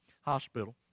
Hospital